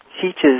teaches